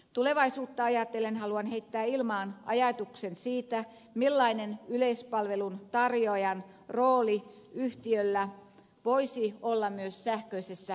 tulevaisuutta ajatellen haluan heittää ilmaan ajatuksen siitä millainen yleispalvelun tarjoajan rooli yhtiöllä voisi olla myös sähköisessä asioinnissa